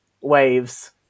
waves